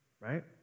Right